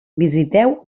visiteu